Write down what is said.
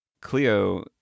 Cleo